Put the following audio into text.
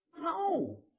No